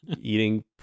Eating